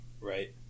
Right